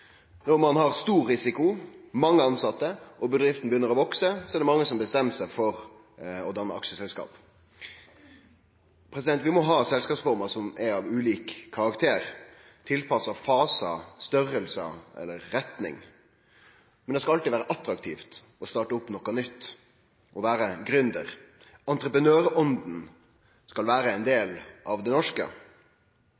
Når ein har stor risiko, mange tilsette og bedrifta begynner å vekse, er det mange som bestemmer seg for å danne aksjeselskap. Vi må ha selskapsformer som er av ulik karakter, tilpassa fasar, storleikar eller retning, men det skal alltid vere attraktivt å starte opp noko nytt og vere gründer. Entreprenørånda skal